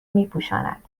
میپوشاند